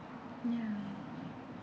ya